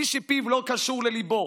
מי שפיו לא קשור לליבו